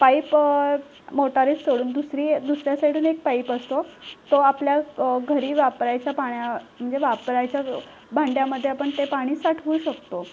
pipe मोटारीत सोडून दुसरी दुसऱ्या साईडहून एक पाईप असतो तो आपल्या घरी वापरायचा पाण्या म्हणजे वापरायचा व भांड्यामध्ये आपण ते पाणी साठवू शकतो